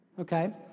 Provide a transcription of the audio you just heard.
okay